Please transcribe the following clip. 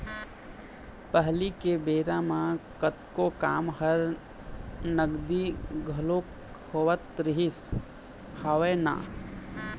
पहिली के बेरा म कतको काम ह नगदी घलोक होवत रिहिस हवय ना